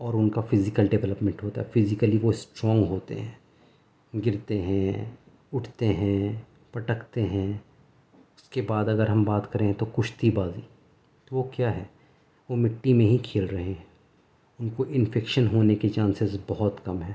اور ان کا فزیکل ڈولپمنٹ ہوتا ہے فزیکلی وہ اسٹرونگ ہوتے ہیں گرتے ہیں اٹھتے ہیں پٹکتے ہیں اس کے بعد اگر ہم بات کریں تو کشتی بازی تو وہ کیا ہے وہ مٹی میں ہی کھیل رہے ہیں ان کو انفیکشن ہونے کے چانسز بہت کم ہیں